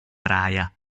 araya